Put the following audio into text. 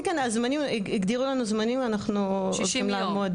הגדירו לנו זמנים ואנחנו הולכים לעמוד.